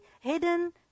hidden